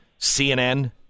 CNN